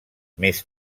més